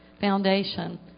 foundation